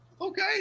Okay